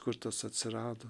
kur tas atsirado